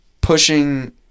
pushing